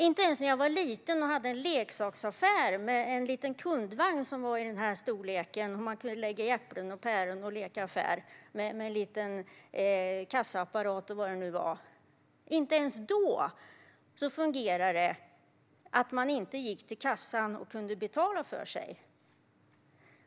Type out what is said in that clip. Inte ens när jag var liten och hade en leksaksaffär med en liten kassaapparat och en liten kundvagn, där man kunde lägga äpplen och päron, fungerade det att inte gå till kassan och betala för sig.